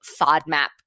FODMAP